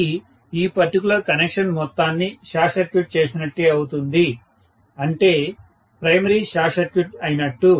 ఇది ఈ particular connection మొత్తాన్ని షార్ట్ సర్క్యూట్ చేసినట్లే అవుతుంది అంటే ప్రైమరీ షార్ట్ సర్క్యూట్ అయినట్లు